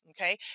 Okay